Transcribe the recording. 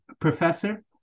professor